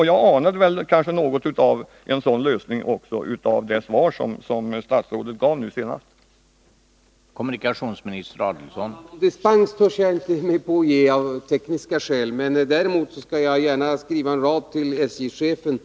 Jag anade kanske något av en sådan lösning i det svar som statsrådet senast gav.